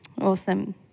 Awesome